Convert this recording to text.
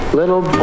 little